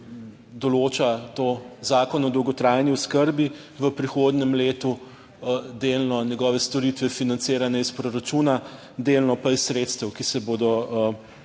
določa to Zakon o dolgotrajni oskrbi, v prihodnjem letu delno njegove storitve financirane iz proračuna, delno pa iz sredstev, ki se bodo